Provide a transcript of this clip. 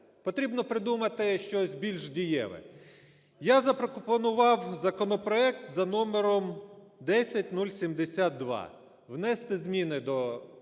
Потрібно придумати щось більш дієве. Я запропонував законопроект за № 10072 – внести зміни до Кодексу